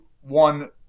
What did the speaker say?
one